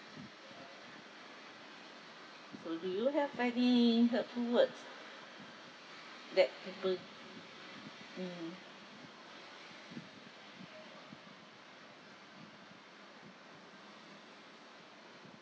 so do you have any hurtful words that people mm